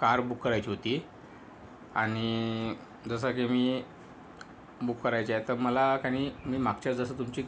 car book करायची होती आणि जसं की मी बुक करायची आहे तर मला की नाही मी मागच्या जसं तुमची